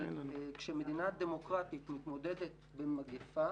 אבל כשמדינה דמוקרטית מתמודדת עם מגפה,